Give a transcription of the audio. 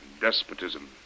despotism